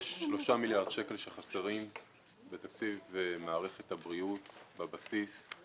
יש שלושה מיליארד שקלים שחסרים בתקציב מערכת הבריאות בבסיס.